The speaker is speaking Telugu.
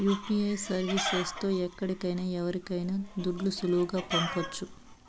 యూ.పీ.ఐ సర్వీస్ తో ఎక్కడికైనా ఎవరికైనా దుడ్లు సులువుగా పంపొచ్చు